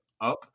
up